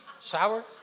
Sour